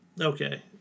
Okay